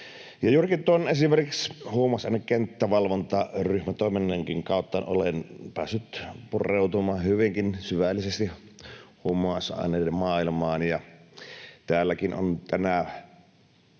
Juurikin esimerkiksi tuon huumausaineiden kenttävalvontaryhmän toiminnankin kautta olen päässyt pureutumaan hyvinkin syvällisesti huumausaineiden maailmaan. Täälläkin on tänä